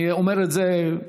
אני אומר את זה,